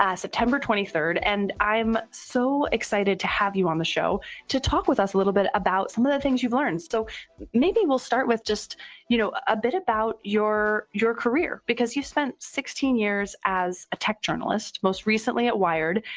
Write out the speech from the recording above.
september twenty third, and i'm so excited to have you on the show to talk with us a little bit about some of the things you've learned. so maybe we'll start with just you know a bit about your your career, because you spent sixteen years as a tech journalist, most recently at wired,